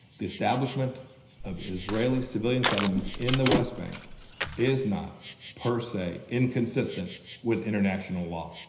the establishment of israeli civilian settlements in the west bank is not per se inconsistent with international law.